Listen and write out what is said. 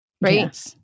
right